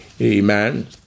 Amen